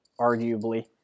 arguably